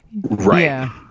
Right